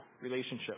relationship